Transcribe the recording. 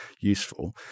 useful